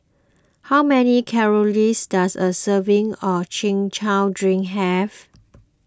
how many calories does a serving of Chin Chow Drink have